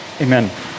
amen